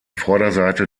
vorderseite